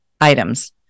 items